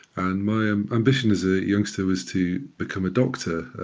and my um ambition as a youngster was to become a doctor,